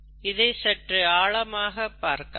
இதை சற்று ஆழமாக பார்க்கலாம்